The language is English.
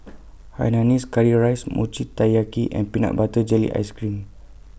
Hainanese Curry Rice Mochi Taiyaki and Peanut Butter Jelly Ice Cream